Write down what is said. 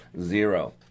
zero